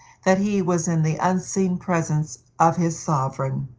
that he was in the unseen presence of his sovereign,